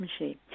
machine